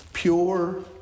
Pure